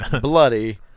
Bloody